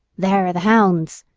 there are the hounds!